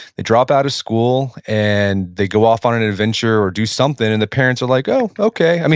they drop out of school, and they go off on an adventure or do something, and the parents are like, oh, okay.